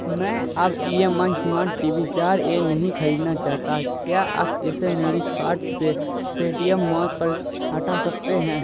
میں اب M I smart T V چار اے نہیں خریدنا چاہتا کیا آپ اسے میری کارٹ سے پے ٹی ایم مال پر ہٹا سکتے ہیں